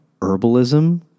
herbalism